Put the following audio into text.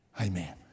Amen